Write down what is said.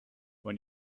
when